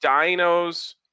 Dino's